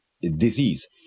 disease